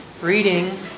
reading